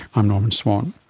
i'm norman swan.